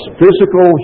physical